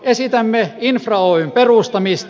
esitämme infra oyn perustamista